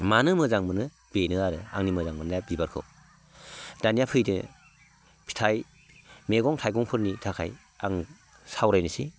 मानो मोजां मोनो बेनो आरो आंनि मोजां मोननाया बिबारखौ दानिया फैदो फिथाइ मेगं थाइगंफोरनि थाखाय आं सावरायनोसै